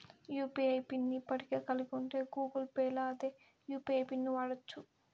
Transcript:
UPI PIN ని ఇప్పటికే కలిగుంటే గూగుల్ పేల్ల అదే యూ.పి.ఐ పిన్ను వాడచ్చు